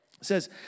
says